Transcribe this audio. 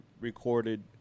recorded